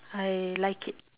I like it